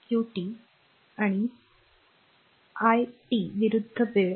Qt आणि it विरूद्ध वेळ